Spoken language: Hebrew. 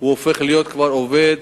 הופך להיות עובד